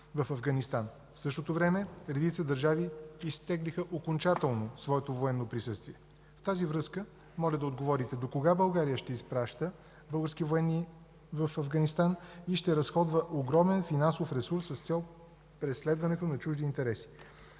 В същото време редица държави изтеглиха окончателно своето военно присъствие. В тази връзка моля да отговорите докога България ще изпраща български военни в Афганистан и ще разходва огромен финансов ресурс с цел преследването на чужди интереси?